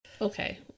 Okay